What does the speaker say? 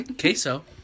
Queso